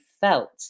felt